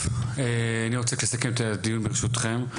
טוב, אני רוצה לסכם את הדיון, ברשותכם.